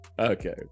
Okay